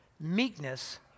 meekness